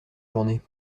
journée